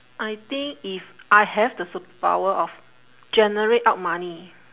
I think if I have the superpower of generate out money